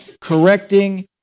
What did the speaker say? correcting